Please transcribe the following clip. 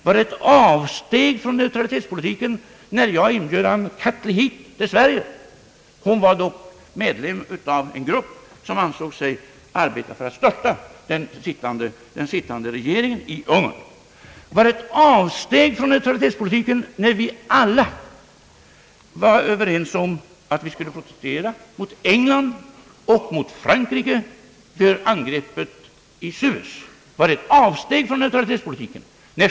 Var det ett avsteg från neutralitetspolitiken när jag inbjöd Anna Kethly till Sverige? Hon var dock medlem av en grupp som arbetade för att störta den sittande regeringen i Ungern. Var det ett avsteg från neutralitetspolitiken när vi alla var överens om att protestera mot England och Frankrike efter angreppet i Suez?